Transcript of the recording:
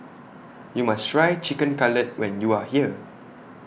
YOU must Try Chicken Cutlet when YOU Are here